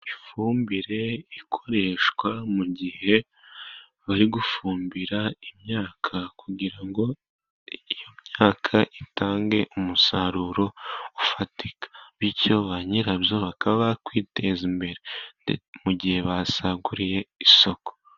Ifumbire ikoreshwa mu gihe bari gufumbira imyaka, kugira ngo iyo myaka itange umusaruro ufatika, bityo ba nyirabyo bakaba kwiteza imbere mu gihe basaguriye isoko.